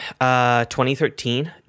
2013